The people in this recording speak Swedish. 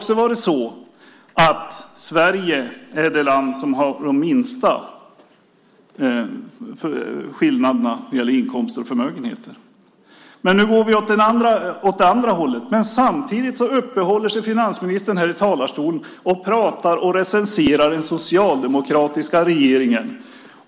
Sverige är väl det land som har de minsta skillnaderna när det gäller inkomster och förmögenheter. Nu går vi åt andra hållet, men samtidigt uppehåller sig finansministern här i talarstolen med att prata om och recensera den socialdemokratiska regeringen.